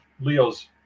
leo's